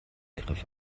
griff